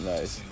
Nice